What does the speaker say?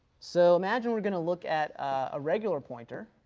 so imagine we're going to look at a regular pointer